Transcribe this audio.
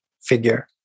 figure